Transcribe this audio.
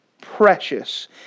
precious